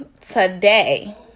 today